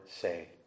say